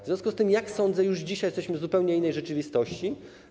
W związku z tym, jak sądzę, już dzisiaj jesteśmy w zupełnie innej rzeczywistości.